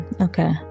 okay